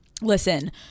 listen